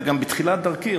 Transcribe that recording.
אני גם בתחילת דרכי,